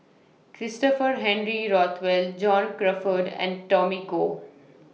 Christopher Henry Rothwell John Crawfurd and Tommy Koh